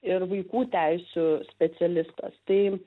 ir vaikų teisių specialistas tai